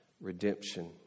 redemption